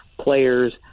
players